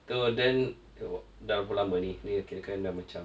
so then dah berapa lama ni dia kirakan dah macam